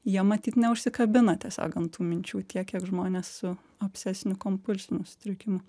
jie matyt neužsikabina tiesiog ant tų minčių tiek kiek žmonės su obsesiniu kompulsiniu sutrikimu